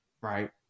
right